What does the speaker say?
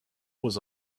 was